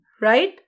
right